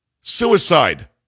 Suicide